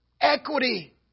Equity